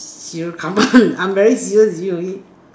serious come on I'm very serious with you already